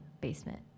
basement